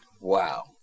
Wow